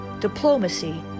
Diplomacy